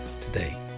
today